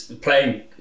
playing